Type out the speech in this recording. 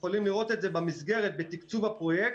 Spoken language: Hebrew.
אתם יכולים לראות את זה במסגרת, בתקצוב הפרויקט.